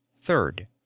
Third